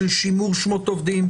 של שימור שמות עובדים,